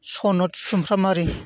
Sanat सुमफ्रामारि